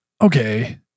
Okay